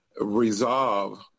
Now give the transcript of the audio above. resolve